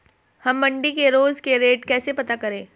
हम मंडी के रोज के रेट कैसे पता करें?